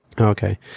Okay